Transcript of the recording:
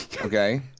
Okay